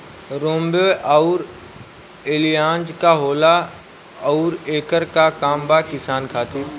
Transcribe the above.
रोम्वे आउर एलियान्ज का होला आउरएकर का काम बा किसान खातिर?